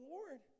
Lord